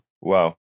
Wow